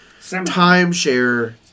timeshare